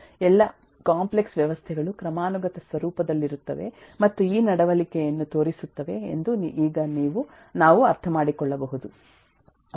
ಎಲ್ಲಾ ಕಾಂಪ್ಲೆಕ್ಸ್ ವ್ಯವಸ್ಥೆಗಳು ಕ್ರಮಾನುಗತ ಸ್ವರೂಪದಲ್ಲಿರುತ್ತವೆ ಮತ್ತು ಈ ನಡವಳಿಕೆಯನ್ನು ತೋರಿಸುತ್ತವೆ ಎಂದು ನಾವು ಈಗ ಅರ್ಥಮಾಡಿಕೊಳ್ಳಬಹುದು